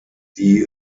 die